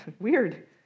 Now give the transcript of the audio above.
Weird